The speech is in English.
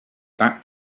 back